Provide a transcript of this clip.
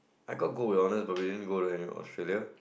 I got gold in honors but we didn't go to any Australia